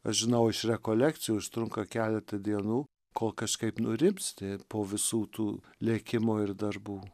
aš žinau iš rekolekcijų užtrunka keletą dienų kol kažkaip nurimsti po visų tų lėkimo ir darbų